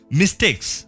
mistakes